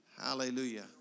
Hallelujah